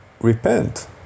repent